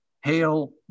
hail